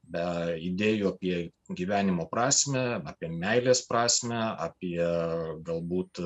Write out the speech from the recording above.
be idėjų apie gyvenimo prasmę apie meilės prasmę apie galbūt